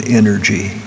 energy